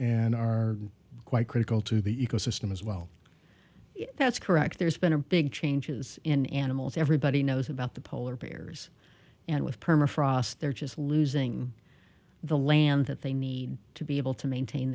and are quite critical to the ecosystem as well that's correct there's been a big changes in animals everybody knows about the polar bears and with permafrost they're just losing the land that they need to be able to maintain